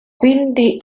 quindi